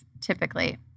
typically